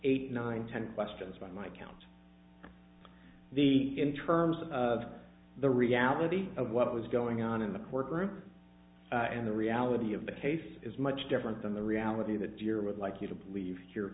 eight nine ten questions by my count the in terms of the reality of what was going on in the courtroom and the reality of the case is much different than the reality that your would like you to leave